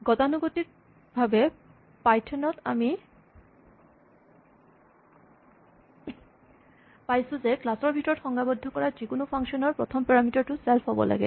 গতানুগতিকভাৱে পাইথন ত আমি পাইছোঁ যে ক্লাচ ৰ ভিতৰত সংজ্ঞাবদ্ধ কৰা যিকোনো ফাংচন ৰ প্ৰথম পাৰামিটাৰ টো ছেল্ফ হ'ব লাগে